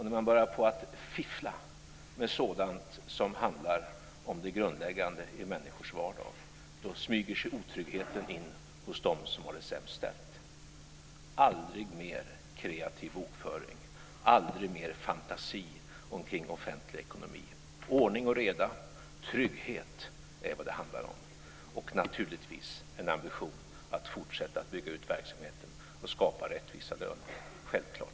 När man börjar att fiffla med sådant som handlar om det grundläggande i människors vardag smyger sig otryggheten in hos dem som har det sämst ställt. Aldrig mer kreativ bokföring. Aldrig mer fantasi kring offentlig ekonomi. Ordning och reda, trygghet är vad det handlar om. Och naturligtvis har vi en ambition att fortsätta att bygga ut verksamheten och skapa rättvisa löner. Det är självklart.